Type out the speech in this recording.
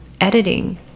editing